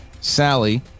Sally